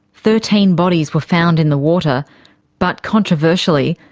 thirteen bodies were found in the water but, controversially,